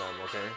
okay